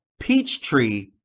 Peachtree